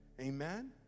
Amen